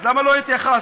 אז למה לא התייחסת?